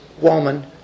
woman